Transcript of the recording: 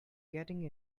getting